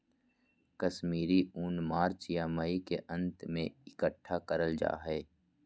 कश्मीरी ऊन मार्च या मई के अंत में इकट्ठा करल जा हय